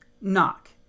Knock